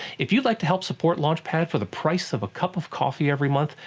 if you'd like to help support launch pad for the price of a cup of coffee every month,